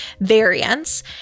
variants